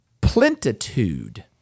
Plentitude